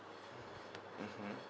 mmhmm